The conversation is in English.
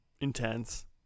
intense